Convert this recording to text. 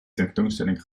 tentoonstelling